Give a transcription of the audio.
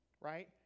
right